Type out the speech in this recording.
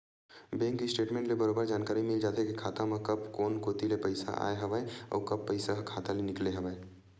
bank statement ले बरोबर जानकारी मिल जाथे के खाता म कब कोन कोती ले पइसा आय हवय अउ कब पइसा ह खाता ले निकले हवय